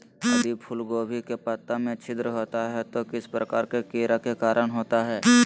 यदि फूलगोभी के पत्ता में छिद्र होता है तो किस प्रकार के कीड़ा के कारण होता है?